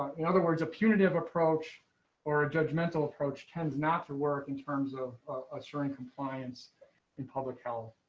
in other words, a punitive approach or a judgmental approach tends not to work in terms of ah certain compliance in public health.